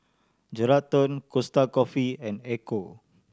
Geraldton Costa Coffee and Ecco